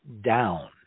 down